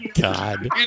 God